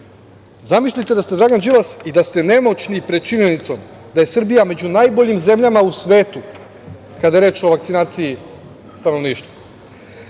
Srbije. Zamislite da ste Dragan Đilas i da ste nemoćni pred činjenicom da je Srbija među najboljim zemljama u svetu kada je reč o vakcinaciji stanovništva.